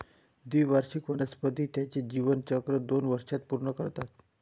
द्विवार्षिक वनस्पती त्यांचे जीवनचक्र दोन वर्षांत पूर्ण करतात